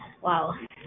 wow